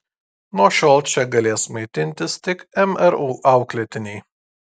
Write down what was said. nuo šiol čia galės maitintis tik mru auklėtiniai